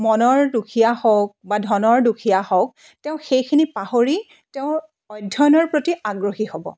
মনৰ দুখীয়া হওক বা ধনৰ দুখীয়া হওক তেওঁ সেইখিনি পাহৰি তেওঁৰ অধ্যয়নৰ প্ৰতি আগ্ৰহী হ'ব